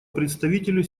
представителю